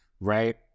right